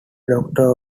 doctor